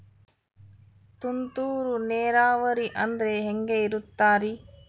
ತುಂತುರು ನೇರಾವರಿ ಅಂದ್ರೆ ಹೆಂಗೆ ಇರುತ್ತರಿ?